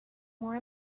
more